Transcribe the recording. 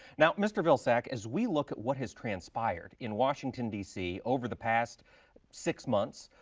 now, mr. vilsack, as we look at what has transpired in washington, d c. over the past six months,